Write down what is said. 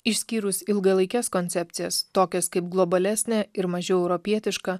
išskyrus ilgalaikes koncepcijas tokias kaip globalesnė ir mažiau europietiška